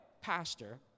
pastor